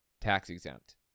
tax-exempt